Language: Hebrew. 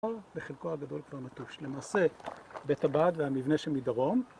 וחלקו הגדול כבר נטוש. למעשה, בית הבד והמבנה שמדרום